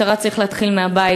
במשטרה צריך להתחיל מהבית.